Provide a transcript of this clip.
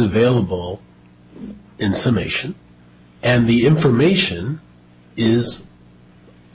available in summation and the information is